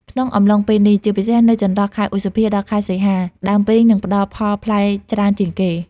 ក្នុងអំឡុងពេលនេះ ជាពិសេសនៅចន្លោះ ខែឧសភា ដល់ខែសីហា ដើមព្រីងនឹងផ្ដល់ផលផ្លែច្រើនជាងគេ។